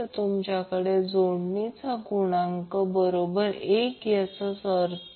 तर त्या बाबतीत sin 90° हे 1 असेल